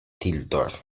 tildor